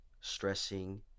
Stressing